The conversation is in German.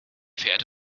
verehrte